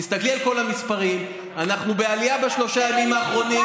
תסתכלי על כל המספרים: אנחנו בעלייה בשלושת הימים האחרונים.